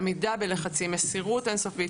עמידה בלחצים, מסירות אין סופית.